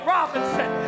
Robinson